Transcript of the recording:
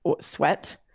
sweat